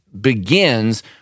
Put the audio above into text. begins